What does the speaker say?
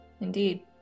indeed